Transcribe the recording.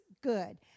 good